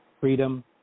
freedom